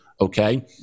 okay